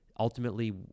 Ultimately